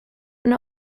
nur